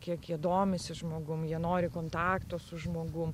kiek jie domisi žmogumi jie nori kontakto su žmogum